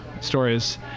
stories